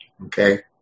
Okay